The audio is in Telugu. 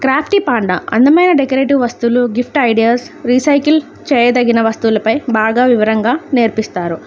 క్రాఫ్టీ పాండా అందమైన డెకరేటివ్ వస్తువులు గిఫ్ట్ ఐడియాస్ రీసైకిల్ చేయదగిన వస్తువులపై బాగా వివరంగా నేర్పిస్తారు